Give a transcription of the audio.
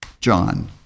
John